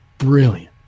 Brilliant